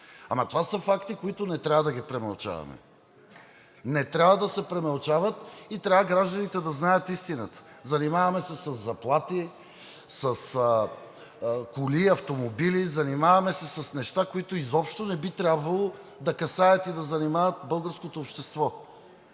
Това са факти, които не трябва да ги премълчаваме! Не трябва да се премълчават и трябва гражданите да знаят истината. Занимаваме се със заплати, с автомобили, занимаваме се с неща, които изобщо не би трябвало да касаят и да занимават българското общество.